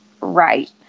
right